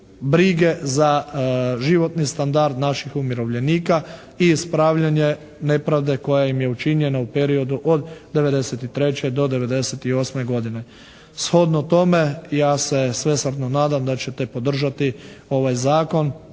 za životni standard naših umirovljenika i ispravljanje nepravde koja im je učinjena u periodu od 1993. do 1998. godine. Shodno tome, ja se svesrdno nadam da ćete podržati ovaj zakon